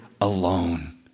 alone